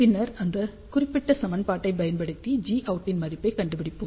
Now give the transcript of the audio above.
பின்னர் இந்த குறிப்பிட்ட சமன்பாட்டைப் பயன்படுத்தி Gout ன் மதிப்பைக் கண்டுபிடிப்போம்